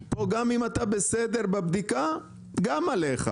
אבל פה גם אם אתה בסדר בבדיקה, גם עליך.